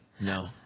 no